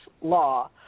law